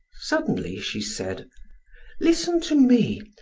suddenly she said listen to me,